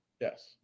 Yes